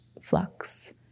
flux